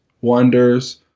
wonders